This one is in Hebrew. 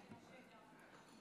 אדוני היושב-ראש,